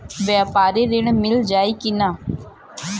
व्यापारी ऋण मिल जाई कि ना?